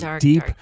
Deep